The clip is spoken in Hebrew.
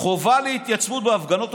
חובת התייצבות בהפגנות,